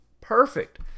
perfect